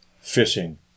fishing